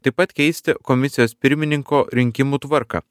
taip pat keisti komisijos pirmininko rinkimų tvarką